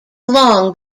long